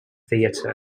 theatre